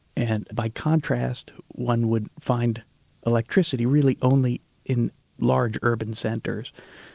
and by contrast, one would find electricity really only in large urban centres.